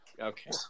Okay